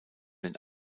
den